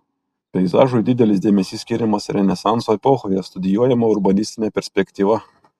peizažui didelis dėmesys skiriamas renesanso epochoje studijuojama urbanistinė perspektyva